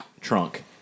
trunk